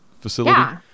facility